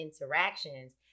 interactions